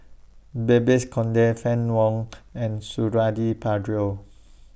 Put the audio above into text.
Babes Conde Fann Wong and Suradi Parjo